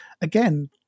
Again